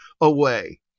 away